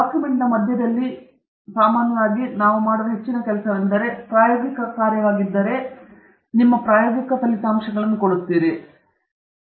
document ಮಧ್ಯದಲ್ಲಿ ಮೂಲಭೂತವಾಗಿ ಸಾಮಾನ್ಯವಾಗಿ ನಾವು ಮಾಡುವ ಹೆಚ್ಚಿನ ಕೆಲಸವೆಂದರೆ ಪ್ರಾಯೋಗಿಕ ಕಾರ್ಯವಾಗಿದ್ದರೆ ಇದು ನಿಮ್ಮ ಪ್ರಾಯೋಗಿಕ ಫಲಿತಾಂಶಗಳನ್ನು ಹೊಂದಿರುತ್ತದೆ